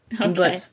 Okay